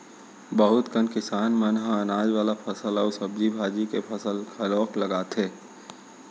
बहुत कन किसान मन ह अनाज वाला फसल अउ सब्जी भाजी के फसल घलोक लगाथे